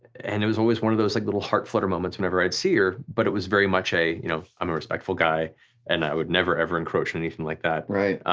and it was always one of those like little heart flutter moments whenever i'd see her, but it was very much a you know i'm a respectful guy and i would never ever encroach anything like that. right.